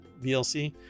VLC